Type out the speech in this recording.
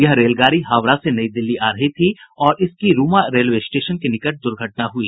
यह रेलगाड़ी हावड़ा से नई दिल्ली आ रही थी और इसकी रूमा रेलवे स्टेशन के निकट दुर्घटना हुई